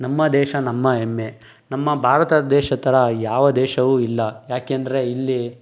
ನಮ್ಮ ದೇಶ ನಮ್ಮ ಹೆಮ್ಮೆ ನಮ್ಮ ಭಾರತ ದೇಶ ಥರ ಯಾವ ದೇಶವೂ ಇಲ್ಲ ಯಾಕೆಂದರೆ ಇಲ್ಲಿ